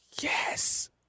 Yes